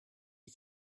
ich